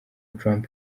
trump